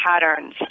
patterns